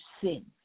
sin